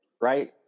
right